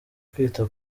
kwita